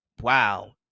wow